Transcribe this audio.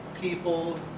people